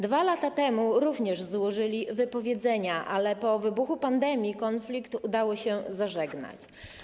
2 lata temu również złożyli wypowiedzenia, ale po wybuchu pandemii konflikt udało się zażegnać.